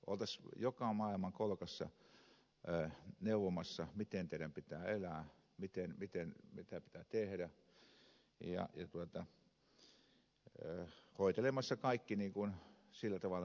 oltaisiin joka maailman kolkassa neuvomassa miten teidän pitää elää mitä pitää tehdä ja hoitelemassa kaikki sillä tavalla niin kuin itse haluttaisiin